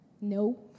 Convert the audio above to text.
No